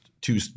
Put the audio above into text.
two